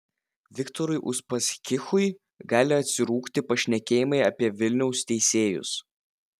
viktorui uspaskichui gali atsirūgti pašnekėjimai apie vilniaus teisėjus